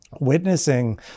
witnessing